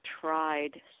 tried